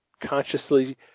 consciously